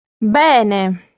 bene